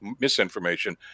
misinformation